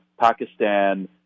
Pakistan